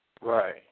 Right